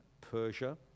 Persia